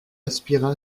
aspira